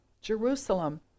Jerusalem